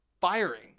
firing